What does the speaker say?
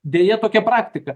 deja tokia praktika